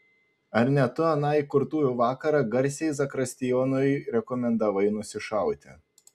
ar ne tu aną įkurtuvių vakarą garsiai zakristijonui rekomendavai nusišauti